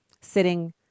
Sitting